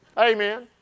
Amen